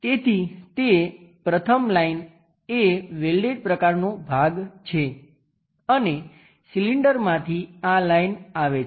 તેથી તે પ્રથમ લાઈન એ વેલ્ડેડ પ્રકારનો ભાગ છે અને સિલિન્ડરમાંથી આ લાઈન આવે છે